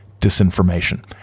disinformation